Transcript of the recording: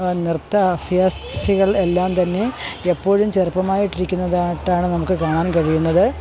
നൃത്ത അഭ്യാസികൾ എല്ലാം തന്നെ എപ്പോഴും ചെറുപ്പമായിട്ടിരിക്കുന്നതായിട്ടാണ് നമുക്ക് കാണാൻ കഴിയുന്നത്